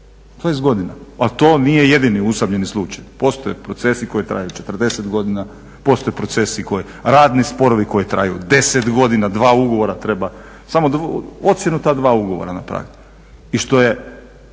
20 godina? Ali to nije jedini usamljeni slučaj, postoje procesi koji traju 40 godina, postoje procesi, radni sporovi koji traju 10 godina, 2 ugovora treba, ocjenu ta 2 ugovora napraviti. I što je